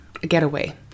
getaway